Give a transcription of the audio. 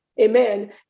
amen